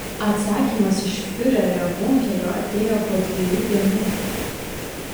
atsakymas iš fiurerio bunkerio atėjo po dviejų dienų